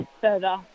further